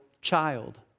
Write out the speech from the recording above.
child